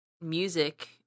music